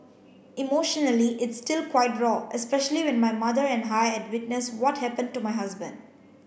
emotionally it's still quite raw especially when my mother and I had witnessed what happened to my husband